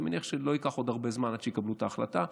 אני מניח שלא ייקח עוד הרבה זמן עד שיקבלו את ההחלטה.